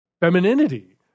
femininity